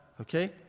okay